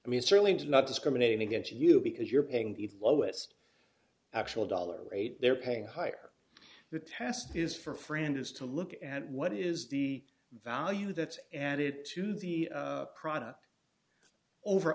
i mean certainly does not discriminate against you because you're paying the lowest actual dollar rate they're paying higher the task is for a friend is to look at what is the value that's an added to the product over